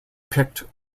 picked